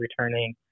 returning